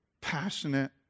passionate